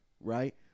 right